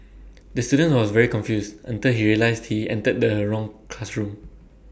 the student was very confused until he realised he entered the wrong classroom